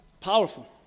Powerful